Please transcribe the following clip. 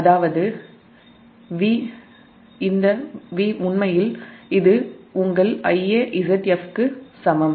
அதாவது இந்த Va உண்மையில் இது உங்கள் Ia Zf க்கு சமம்